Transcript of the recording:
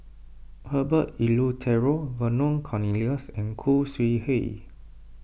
Herbert Eleuterio Vernon Cornelius and Khoo Sui Hoe